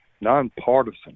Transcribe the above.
nonpartisan